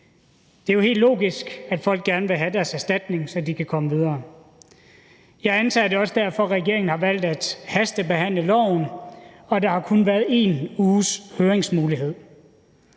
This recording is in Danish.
Det er jo helt logisk, at folk gerne vil have deres erstatning, så de kan komme videre. Jeg antager, at det også er derfor, regeringen har valgt at hastebehandle loven og der kun har været 1 uges høringsmulighed.